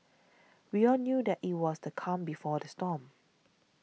we all knew that it was the calm before the storm